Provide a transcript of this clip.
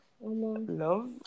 love